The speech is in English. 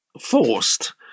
forced